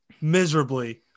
miserably